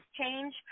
change